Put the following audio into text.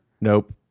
Nope